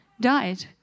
died